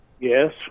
Yes